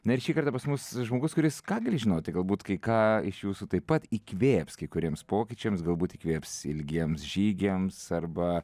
na ir šį kartą pas mus žmogus kuris ką gali žinoti galbūt kai ką iš jūsų taip pat įkvėps kai kuriems pokyčiams galbūt įkvėps ilgiems žygiams arba